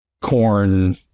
corn